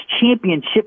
championship